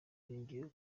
yongeyeho